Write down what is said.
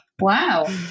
Wow